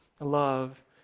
Love